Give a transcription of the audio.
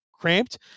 cramped